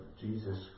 Jesus